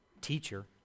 teacher